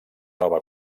nova